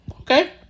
Okay